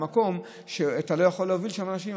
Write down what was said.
למקום שאתה לא יכול להוביל אליו אנשים.